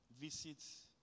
visits